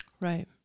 Right